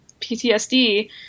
PTSD